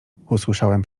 usłyszałem